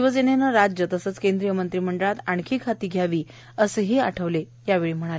शिवसेनेनं राज्य तसंच केंद्रीय मंत्रिमंडळात आणखी खाती घ्यावी असंही आठवले यावेळी म्हणाले